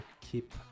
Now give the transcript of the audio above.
keep